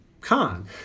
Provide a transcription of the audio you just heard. con